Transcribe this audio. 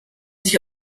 sich